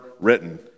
written